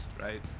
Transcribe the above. right